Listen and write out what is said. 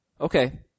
Okay